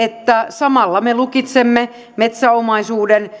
samalla me lukitsemme metsäomaisuuden